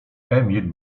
emil